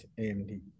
AMD